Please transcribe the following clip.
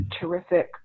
terrific